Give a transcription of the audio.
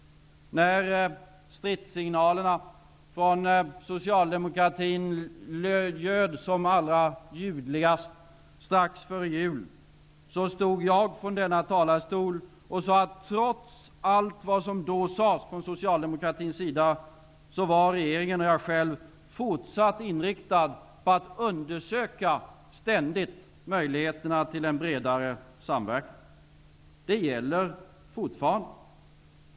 När stridssignalerna från socialdemokratin ljöd som allra ljudligast strax före jul sade jag från denna talarstol att regeringen trots allt vad som sades av Socialdemokraterna fortsatt var inriktad på att ständigt söka möjligheterna till en bredare samverkan. Det gäller fortfarande.